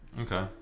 Okay